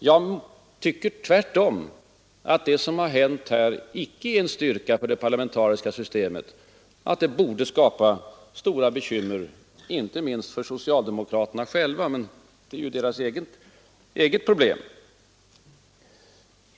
Jag tycker tvärtom att det som hänt inte är en styrka för det parlamentariska systemet och att det borde skapa stora bekymmer inte minst för socialdemokraterna själva. Men det är deras eget problem.